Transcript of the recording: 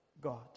God